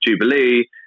jubilee